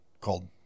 called